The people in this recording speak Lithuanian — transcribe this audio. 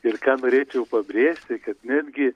ir ką norėčiau pabrėžti kad netgi